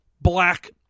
black